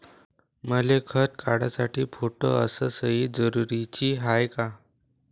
मले खातं काढासाठी फोटो अस सयी जरुरीची हाय का?